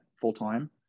full-time